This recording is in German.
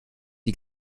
die